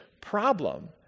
problem